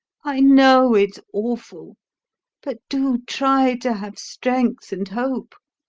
i know it's awful but do try to have strength and hope.